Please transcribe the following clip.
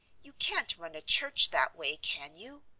you can't run a church that way, can you?